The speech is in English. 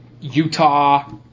Utah